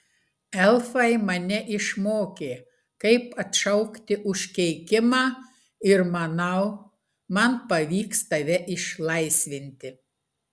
elfai mane išmokė kaip atšaukti užkeikimą ir manau man pavyks tave išlaisvinti